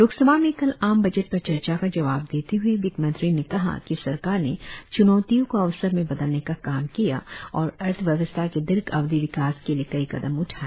लोकसभा में कल आम बजट पर चर्चा का जवाब देते हए वित्त मंत्री ने कहा कि सरकार ने च्नौतियों को अवसर में बदलने का काम किया और अर्थव्यवस्था के दीर्घ अवधि विकास के लिए कई कदम उठाए